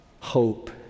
hope